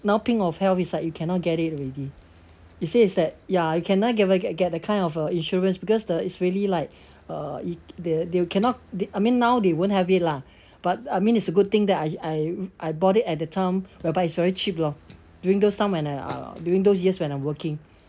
now pink of health it's like you cannot get it already they say it's that ya you cannot get get get the kind of uh insurance because the it's really like uh it they they cannot they I mean now they won't have it lah but I mean it's a good thing that I I I bought it at the time whereby it's very cheap lor during those time when I uh during those years when I was working